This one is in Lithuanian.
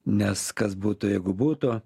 nes kas būtų jeigu būtų